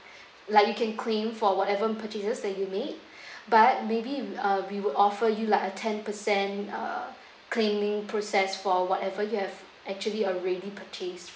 like you can claim for whatever purchases that you made but maybe we uh we will offer you like a ten percent uh claiming process for whatever you have actually already purchased